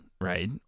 right